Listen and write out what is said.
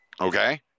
okay